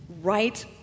right